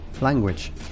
language